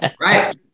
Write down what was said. Right